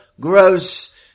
gross